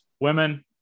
women